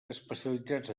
especialitzats